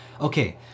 Okay